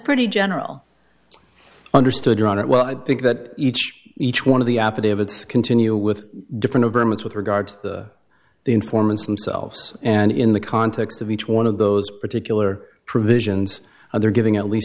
pretty general understood around it well i think that each each one of the affidavits continue with different agreements with regard to the informants themselves and in the context of each one of those particular provisions there giving at least